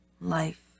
life